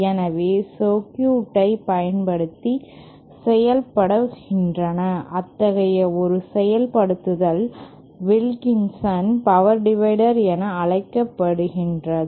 எனவே சர்க்யூட் ஐப் பயன்படுத்தி செயப்படுகின்ற அத்தகைய ஒரு செயல்படுத்தல் வில்கின்சன் பவர் டிவைடர் என அழைக்கப்படுகிறது